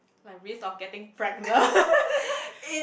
my risk of getting pregnant